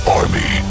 army